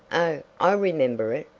oh, i remember it!